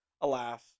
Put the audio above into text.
alas